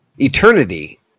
Eternity